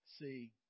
see